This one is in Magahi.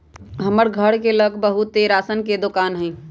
हमर घर के लग बहुते राशन के दोकान हई